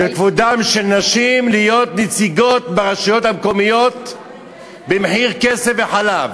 שכבודן של נשים להיות נציגות ברשויות המקומיות במחיר כסף וחלב,